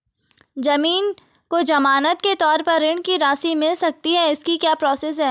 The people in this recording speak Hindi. ज़मीन को ज़मानत के तौर पर ऋण की राशि मिल सकती है इसकी क्या प्रोसेस है?